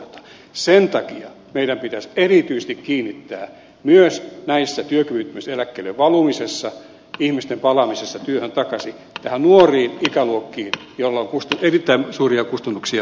sen takia meidän pitäisi erityisesti kiinnittää huomiota tässä työkyvyttömyyseläkkeelle valumisessa ihmisten palaamiseen takaisin työhön ja myös nuoriin ikäluokkiin joilla on erittäin suuria kustannuksia